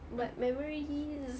but memories